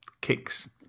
kicks